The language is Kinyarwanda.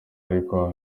ariko